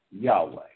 Yahweh